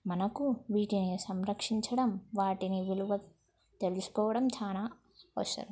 మనకు వీటిని సంరక్షించడం వాటిని విలువ తెలుసుకోవడం చాలా అవసరం